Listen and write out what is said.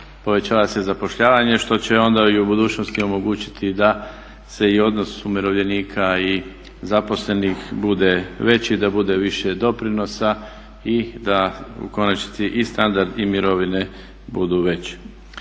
povećava se zapošljavanje što će onda i u budućnosti omogućiti da se i odnos umirovljenika i zaposlenih bude veći da bude više doprinosa i da u konačnici i standard i mirovine budu veće.